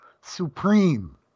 supreme